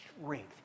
strength